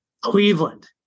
Cleveland